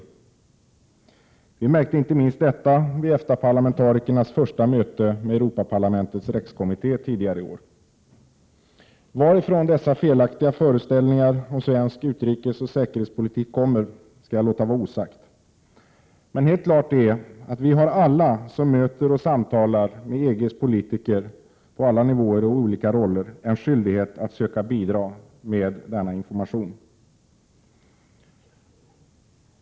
Vi märkte detta inte minst vid EFTA-parlamentarikernas första möte med Europaparlamentets Rex-kommitté tidigare i år. Varifrån dessa felaktiga föreställningar om svensk utrikesoch säkerhetspolitik kommer skall jag låta vara osagt, men helt klart är att alla vi som möter och samtalar med EG:s politiker på alla nivåer och i olika roller har en skyldighet att söka bidra med information.